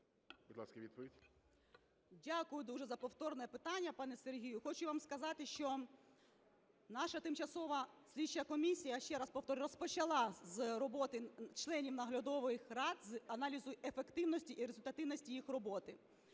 Дякую дуже за повторне питання, пане Сергію. Хочу вам сказати, що наша тимчасова слідча комісія, ще раз повторюю, розпочала з роботи членів наглядових рад, з аналізу ефективності і результативності їх роботи.